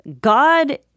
God